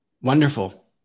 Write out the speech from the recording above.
Wonderful